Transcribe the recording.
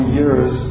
years